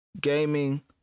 gaming